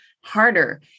harder